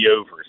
over